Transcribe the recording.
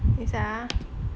等一下啊